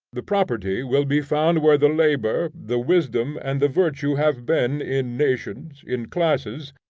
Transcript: the property will be found where the labor, the wisdom, and the virtue have been in nations, in classes,